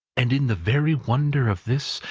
and in the very wonder of this,